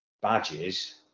badges